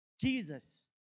Jesus